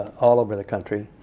all over the country.